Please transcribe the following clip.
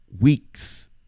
weeks